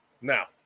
Now